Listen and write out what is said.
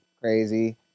crazy